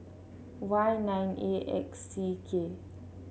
Y nine A X C K